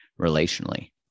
relationally